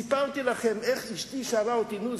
סיפרתי לכם איך אשתי שאלה אותי: נו,